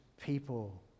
people